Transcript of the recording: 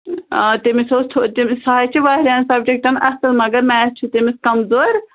آ تٔمِس اوس تٔمِس سُہ حظ چھُ واریاہن سَبجکٹن اصٕل مگر میٚتھ چھُ تٔمِس کَمزور